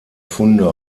funde